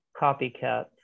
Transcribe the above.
copycats